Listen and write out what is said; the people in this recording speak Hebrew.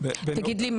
תגיד לי,